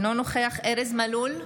אינו נוכח ארז מלול,